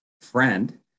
friend